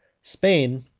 spain,